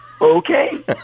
okay